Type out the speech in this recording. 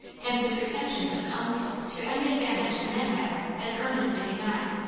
and the pretensions of elmfield to any advantage in that matter as earnestly denied.